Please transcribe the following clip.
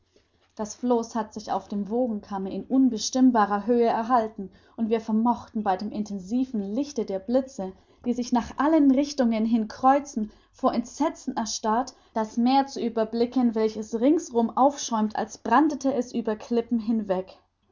das floß hat sich auf dem wogenkamme in unbestimmbarer höhe erhalten und wir vermochten bei dem intensiven lichte der blitze die sich nach allen richtungen hin kreuzen vor entsetzen erstarrt das meer zu überblicken welches ringsum aufschäumt als brandete es über klippen hinweg